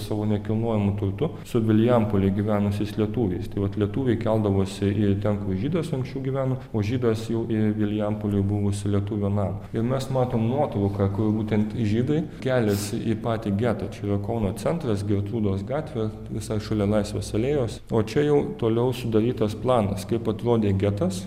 savo nekilnojamuoju turtu su vilijampolėj gyvenusiais lietuviais tai vat lietuviai keldavosi į ten kur žydas anksčiau gyveno o žydas jau į vilijampolėj buvusį lietuvio namą ir mes matom nuotrauką kur būtent žydai keliasi į patį getą čia yra kauno centras gertrūdos gatvė visai šalia laisvės alėjos o čia jau toliau sudarytas planas kaip atrodė getas